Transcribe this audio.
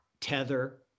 tether